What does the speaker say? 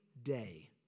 day